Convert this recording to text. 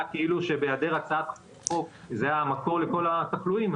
כאילו שבהיעדר הצעת חוק זה המקור לכל התחלואים,